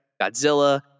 Godzilla